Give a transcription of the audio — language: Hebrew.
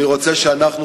אני רוצה שאנחנו,